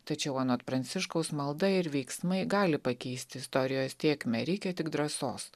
tačiau anot pranciškaus malda ir veiksmai gali pakeisti istorijos tėkmę reikia tik drąsos